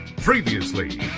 Previously